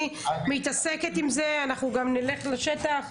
אני מתעסקת עם זה, אנחנו גם נלך לשטח.